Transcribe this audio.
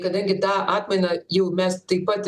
kadangi tą akmenį jau mes taip pat